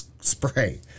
Spray